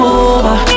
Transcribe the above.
over